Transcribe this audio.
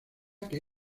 que